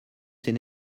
c’est